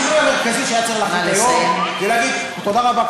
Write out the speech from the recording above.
השינוי המרכזי שהיה צריך להחליט היום זה להגיד: תודה רבה,